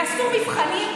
יעשו מבחנים,